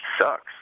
sucks